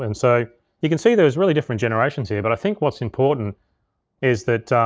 and so you can see there's really different generations here, but i think what's important is that